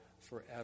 forever